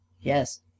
Yes